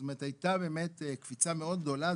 זאת אומרת, הייתה באמת קפיצה מאוד גדולה.